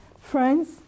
Friends